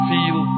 Feel